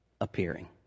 appearing